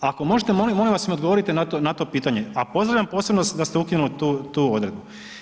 Ako možete, molim vas, mi odgovorite na to pitanje, a pozdravljam posebno da ste ukinuli tu odredbu.